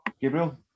Gabriel